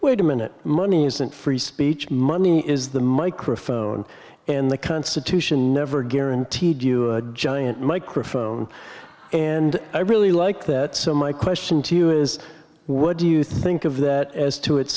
wait a minute money isn't free speech money is the microphone in the constitution never guaranteed you giant microphone and i really like that so my question to you is what do you think of